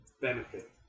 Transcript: benefit